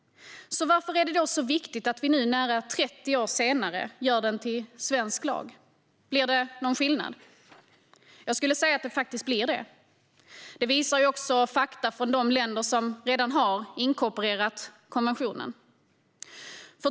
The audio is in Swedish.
Varför är det då så viktigt att vi nu nära 30 år senare gör den till svensk lag. Blir det någon skillnad? Jag skulle säga att det faktiskt blir det. Det visar ju också fakta från de länder som redan har inkorporerat konventionen.